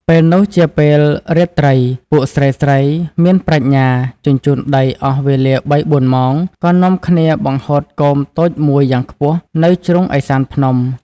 ពេលនោះជាពេលរាត្រី ពួកស្រីៗមានប្រាជ្ញាជញ្ជូនដីអស់វេលាបីបួនម៉ោង ក៏នាំគ្នាបង្ហូតគោមតូចមួយយ៉ាងខ្ពស់ នៅជ្រុងឥសានភ្នំ។